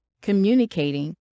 communicating